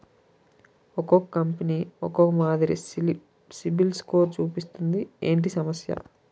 ఒక్కో కంపెనీ ఒక్కో మాదిరి సిబిల్ స్కోర్ చూపిస్తుంది ఏంటి ఈ సమస్య?